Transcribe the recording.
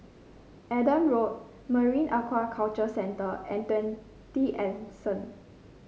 Adam Road Marine Aquaculture Centre and Twenty Anson